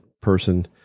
person